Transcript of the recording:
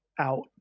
out